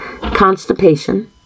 constipation